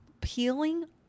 peeling